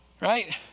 Right